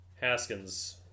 Haskins